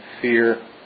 fear